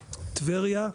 טבריה,